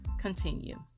continue